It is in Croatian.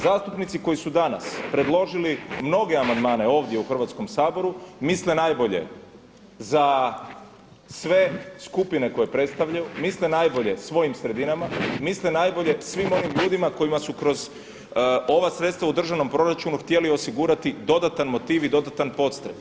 Zastupnici koji su danas predložili mnoge amandmane ovdje u Hrvatskom saboru misle najbolje za sve skupine koje predstavljaju, misle najbolje svojim sredinama, misle najbolje svim onim ljudima kojima su kroz ova sredstava u državnom proračunu htjeli osigurati dodatan motiv i dodatan podstrijeh.